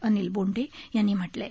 अनिल बोंडे यांनी म्हटलं आहे